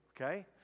okay